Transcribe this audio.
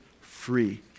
free